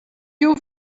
you